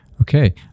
Okay